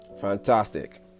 Fantastic